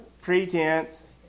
pretense